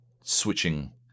switching